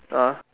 ah